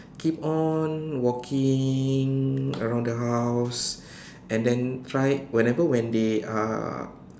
keep on walking around the house and then try whenever when they are